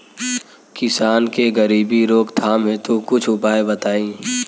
किसान के गरीबी रोकथाम हेतु कुछ उपाय बताई?